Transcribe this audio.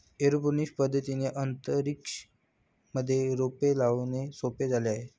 aeroponics पद्धतीने अंतरिक्ष मध्ये रोपे लावणे सोपे झाले आहे